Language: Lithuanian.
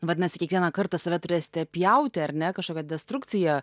vadinasi kiekvieną kartą save turėsite pjauti ar ne kažkokią destrukciją